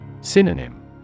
Synonym